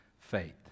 faith